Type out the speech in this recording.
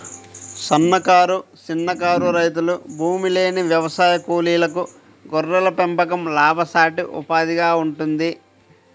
సన్నకారు, చిన్నకారు రైతులు, భూమిలేని వ్యవసాయ కూలీలకు గొర్రెల పెంపకం లాభసాటి ఉపాధిగా ఉంటుంది